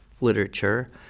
literature